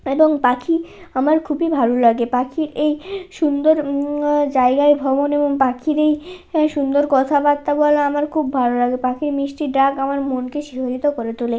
এবং পাখি আমার খুবই ভালো লাগে পাখির এই সুন্দর জায়গায় ভরানো পাখির এই সুন্দর কথাবার্তা বলা আমার খুব ভালো লাগে পাখির মিষ্টি ডাক আমার মনকে শিহরিত করে তোলে